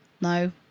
No